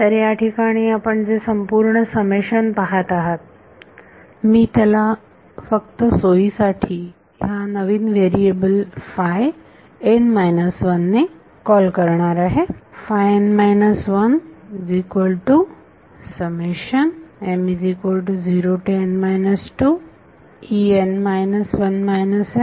तर या ठिकाणी आपण जे संपूर्ण समेशन पहात आहात मी त्याला फक्त सोयीसाठी ह्या नवीन व्हेरीएबल ने कॉल करणार आहे